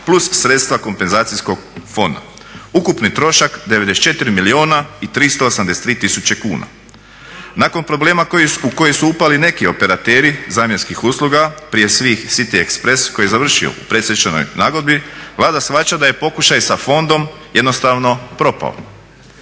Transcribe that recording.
plus sredstva Kompenzacijskog fonda. Ukupni trošak 94 milijuna i 383 tisuće kuna. Nakon problem u koji su upali neki operateri zamjenskih usluga prije svega City express koji je završio u predstečajnoj nagodbi Vlada shvaća da je pokušaj sa fondom jednostavno propao.